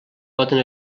poden